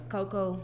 Coco